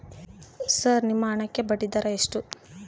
Sir ನಿಮ್ಮ ಹಣಕ್ಕೆ ಬಡ್ಡಿದರ ಎಷ್ಟು?